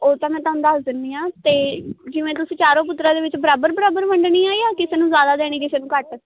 ਉਹ ਤਾਂ ਮੈਂ ਤੁਹਾਨੂੰ ਦੱਸ ਦਿੰਦੀ ਹਾਂ ਅਤੇ ਜਿਵੇਂ ਤੁਸੀਂ ਚਾਰੋਂ ਪੁੱਤਰਾਂ ਦੇ ਵਿੱਚ ਬਰਾਬਰ ਬਰਾਬਰ ਵੰਡਣੀ ਆ ਜਾਂ ਕਿਸੇ ਨੂੰ ਜ਼ਿਆਦਾ ਦੇਣੀ ਕਿਸੇ ਨੂੰ ਘੱਟ